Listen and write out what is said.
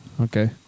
Okay